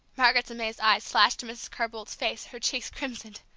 margaret's amazed eyes flashed to mrs. carr-boldt's face her cheeks crimsoned.